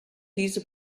diese